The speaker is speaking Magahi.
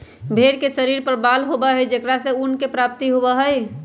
भेंड़ के शरीर पर बाल होबा हई जेकरा से ऊन के प्राप्ति होबा हई